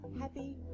happy